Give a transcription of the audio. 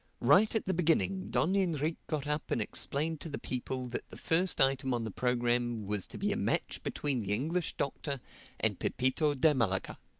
right at the beginning don enrique got up and explained to the people that the first item on the program was to be a match between the english doctor and pepito de malaga.